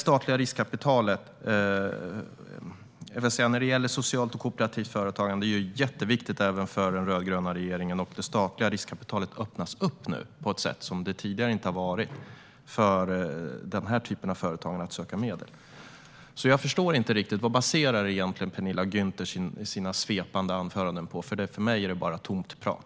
Socialt och kooperativt företagande är jätteviktigt även för den rödgröna regeringen, och det statliga riskkapitalet öppnar nu möjligheten på ett sätt som aldrig tidigare för den här typen av företag att söka medel. Jag förstår inte riktigt vad Penilla Gunther baserar sitt svepande anförande på. För mig är det bara tomt prat.